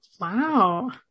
Wow